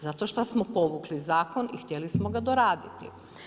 Zato što smo povukli zakon i htjeli smo ga doraditi.